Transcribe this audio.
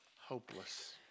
hopeless